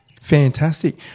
Fantastic